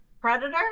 Predator